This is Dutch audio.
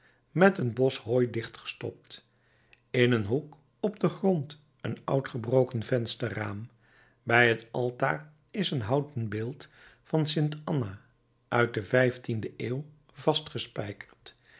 met een bos hooi dicht gestopt in een hoek op den grond een oud gebroken vensterraam bij het altaar is een houten beeld van st anna uit de vijftiende eeuw